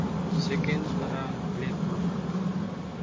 ꯁꯦꯀꯦꯟ ꯇꯔꯥ ꯂꯦꯞꯄꯨ